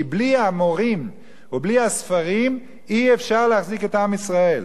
כי בלי המורים ובלי הספרים אי-אפשר להחזיק את עם ישראל.